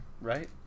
right